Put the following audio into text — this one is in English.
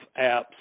apps